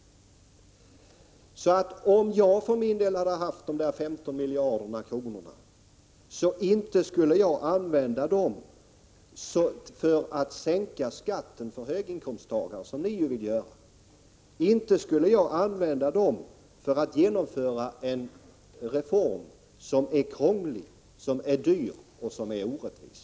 Om jag för min del hade haft de 15 miljarder kronorna, så inte skulle jag använda dem för att sänka skatten för höginkomsttagarna, som vpk vill göra. Inte skulle jag använda dem för att genomföra en reform som är krånglig, som är dyr och som är orättvis.